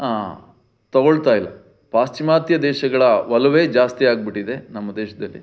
ತಗೊಳ್ತಾಯಿಲ್ಲ ಪಾಶ್ಚಿಮಾತ್ಯ ದೇಶಗಳ ಒಲವೇ ಜಾಸ್ತಿ ಆಗ್ಬಿಟ್ಟಿದೆ ನಮ್ಮ ದೇಶದಲ್ಲಿ